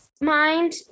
mind